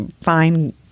fine